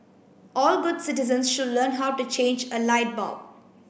all good citizens should learn how to change a light bulb